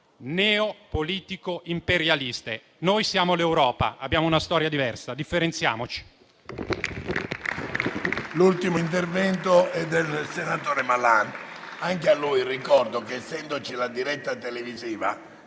neopolitico-imperialiste. Noi siamo l'Europa, abbiamo una storia diversa: differenziamoci.